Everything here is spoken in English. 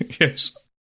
Yes